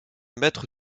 mètres